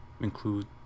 include